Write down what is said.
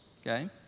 okay